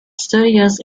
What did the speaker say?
studios